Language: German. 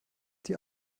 die